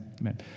Amen